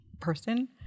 person